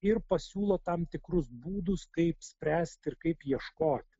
ir pasiūlo tam tikrus būdus kaip spręsti ir kaip ieškoti